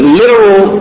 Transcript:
literal